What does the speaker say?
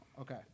Okay